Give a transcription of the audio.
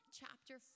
chapter